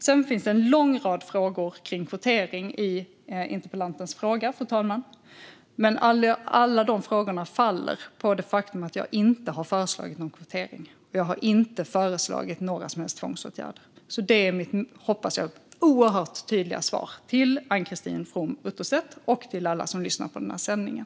Sedan finns det en lång rad frågor om kvotering i riksdagsledamotens interpellation, fru talman, men alla de frågorna faller på det faktum att jag inte har föreslagit någon kvotering eller några som helst tvångsåtgärder. Det är mitt, hoppas jag, oerhört tydliga svar till Ann-Christine From Utterstedt och till alla som lyssnar på den här sändningen.